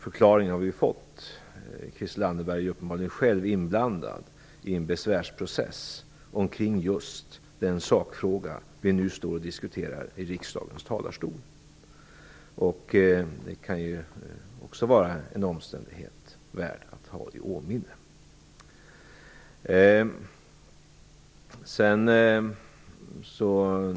Vi har ju fått förklaringen: Christel Anderberg är uppenbarligen själv inblandad i en besvärsprocess omkring just den sakfråga vi nu står och diskuterar i riksdagens talarstol. Det kan också vara en omständighet värd att ha i minne.